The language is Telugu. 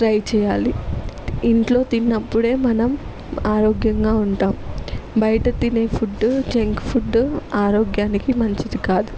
ట్రై చెయ్యాలి ఇంట్లో తిన్నప్పుడే మనం ఆరోగ్యంగా ఉంటాం బయట తినే ఫుడ్ జంక్ ఫుడ్ ఆరోగ్యానికి మంచిది కాదు